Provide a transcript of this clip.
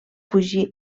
fugir